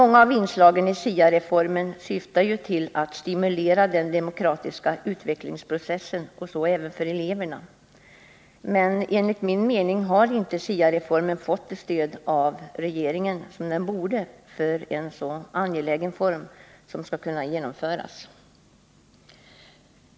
Många av inslagen i SIA-reformen syftar till att stimulera även eleverna att delta i den demokratiska utvecklingsprocessen, men enligt min mening har reformen i det här avseendet inte fått det stöd av regeringen som den borde ha fått, och denna angelägna reform behöver stöd för att kunna genomföras.